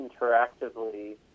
interactively